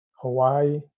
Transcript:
Hawaii